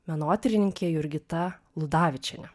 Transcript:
menotyrininkė jurgita ludavičienė